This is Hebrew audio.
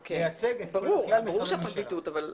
ברור שהפרקליטות אבל,